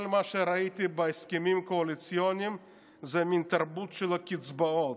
כל מה שראיתי בהסכמים הקואליציוניים הוא תרבות של קצבאות,